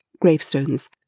gravestones